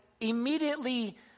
immediately